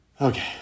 Okay